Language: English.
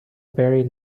very